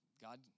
God